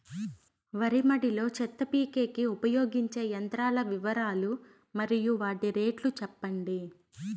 వరి మడి లో చెత్త పీకేకి ఉపయోగించే యంత్రాల వివరాలు మరియు వాటి రేట్లు చెప్పండి?